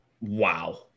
wow